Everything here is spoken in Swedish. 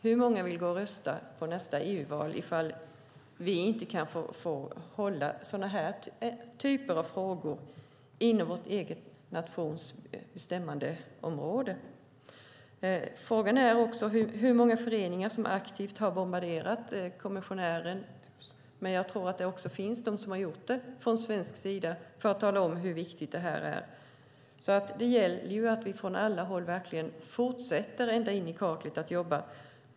Hur många vill gå och rösta i nästa EU-val om vi inte kan få hålla den här typen av frågor inom vår egen nations bestämmandeområde? Frågan är hur många föreningar som aktivt har bombarderat kommissionären med brev - jag tror att det finns de som har gjort det - från svensk sida för att tala om hur viktigt det här är. Det gäller att vi från alla håll verkligen fortsätter ända in i kaklet att jobba med det här.